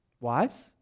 Wives